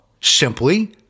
Simply